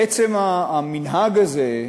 עצם המנהג הזה,